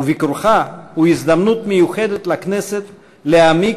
וביקורך הוא הזדמנות מיוחדת לכנסת להעמיק